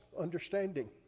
understanding